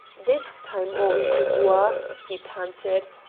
this time, henri dubois, he panted,